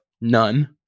none